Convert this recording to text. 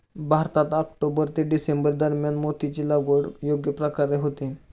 भारतात ऑक्टोबर ते डिसेंबर दरम्यान मोत्याची लागवड योग्य प्रकारे होते